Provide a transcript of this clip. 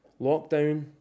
lockdown